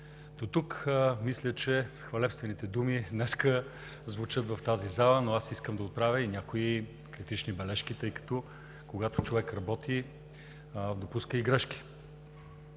Дотук мисля, че хвалебствените думи днес звучат в тази зала, но искам да отправя и някои критични бележки, тъй като, когато човек работи, допуска и грешки.